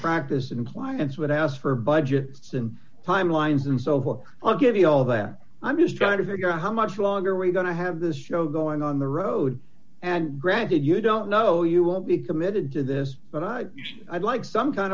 practice and clients would ask for budgets and timelines and so forth i'll give you all of that i'm just trying to figure out how much longer are we going to have this show going on the road and granted you don't know you won't be committed to this but i'd like some kind